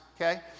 Okay